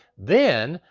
then,